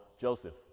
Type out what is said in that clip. Joseph